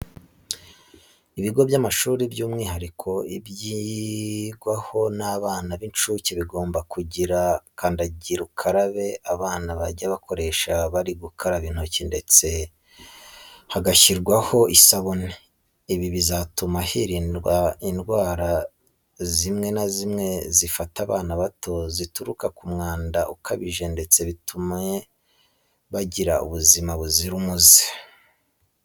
Ibigo by'amashuri by'umwihariko ibyigwaho n'abana b'incuke bigomba kugira kandagira ukarabe abana bazajya bakoresha bari gukaraba intoki ndetse hagashyirwaho n'isabune. Ibi bizatuma hirindwa indwara zimwe na zimwe zifata abana bato zituruka ku mwanda ukabije ndetse bitume bagira n'ubuzima buzira umuze.